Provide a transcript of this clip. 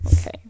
Okay